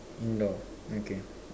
indoor okay